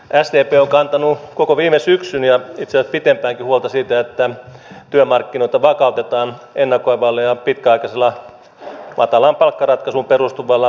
sdp on kantanut koko viime syksyn ja itse asiassa pitempäänkin huolta siitä että työmarkkinoita vakautetaan ennakoivalla ja pitkäaikaisella matalaan palkkaratkaisuun perustuvalla työmarkkinaratkaisulla